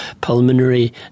pulmonary